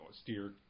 steer